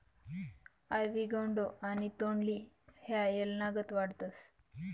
आइवी गौडो आणि तोंडली हाई येलनागत वाढतस